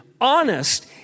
honest